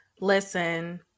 Listen